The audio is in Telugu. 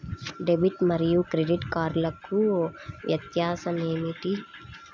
డెబిట్ మరియు క్రెడిట్ కార్డ్లకు వ్యత్యాసమేమిటీ?